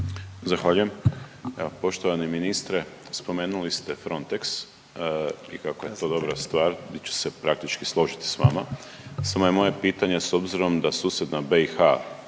Zahvaljujem. Evo poštovani ministre spomenuli ste Frontex i kako je to dobra stvar gdje ću se praktički složiti sa vama. Samo je moje pitanje s obzirom da susjedna BiH